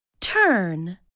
Turn